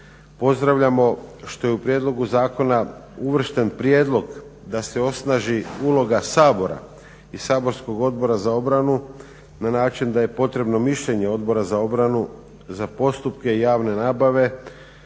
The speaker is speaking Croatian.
Pozdravljamo što je u prijedlogu zakona uvršten prijedlog da se osnaži uloga Sabora i saborskog Odbora za obranu na način da je potrebno mišljenje Odbora za obranu za postupke javne nabave